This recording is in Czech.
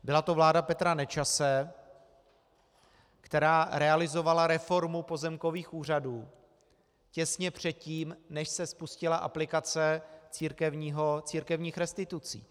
Byla to vláda Petra Nečase, která realizovala reformu pozemkových úřadů těsně předtím, než se spustila aplikace církevních restitucí.